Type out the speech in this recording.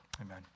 amen